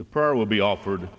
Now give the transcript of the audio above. the prayer will be offered